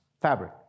fabric